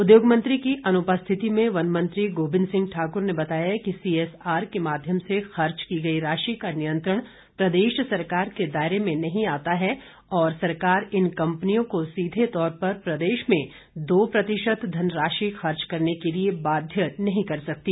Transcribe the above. उद्योग मंत्री की अनुपस्थिति में वन मंत्री गोविंद सिंह ठाक्र ने बताया कि सीएसआर के माध्यम से खर्च की गई राशि का नियंत्रण प्रदेश सरकार के दायरे में नहीं आता है और सरकार इन कंपनियों को सीधे तौर पर प्रदेश में दो प्रतिशत धनराशि खर्च करने के लिए बाध्य नहीं कर सकती